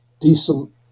decent